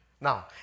Now